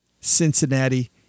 Cincinnati